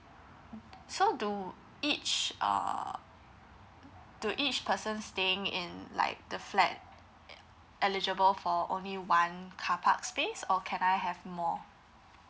so do each err do each person staying in like the flat eligible for only one carpark space or can I have more